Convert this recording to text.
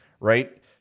right